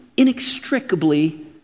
inextricably